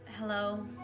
Hello